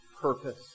purpose